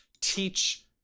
teach